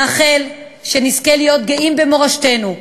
נאחל שנזכה להיות גאים במורשתנו,